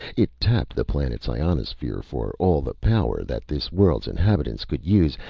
it tapped the planet's ionosphere for all the power that this world's inhabitants could use,